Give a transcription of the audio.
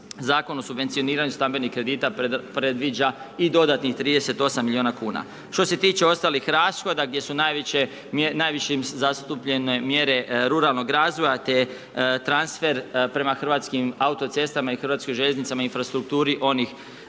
zakon o subvencioniranju stambenih kredita, predviđa i dodatnih 38 milijuna kn. Što se tiče ostalih rashoda, gdje su najveće zastupljene mjere ruralnog razvoja, te transfer prema Hrvatskim autocestama i Hrvatskoj željeznici, infrastrukturi, one lipe